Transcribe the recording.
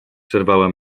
przerwała